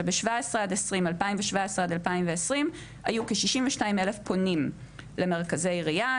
שב-2017 עד 2020 היו כי 62 אלף פונים למרכזי השמה,